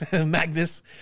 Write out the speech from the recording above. Magnus